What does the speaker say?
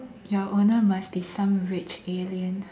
your owner must be some rich alien